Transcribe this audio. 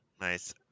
Nice